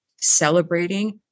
celebrating